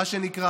מה שנקרא,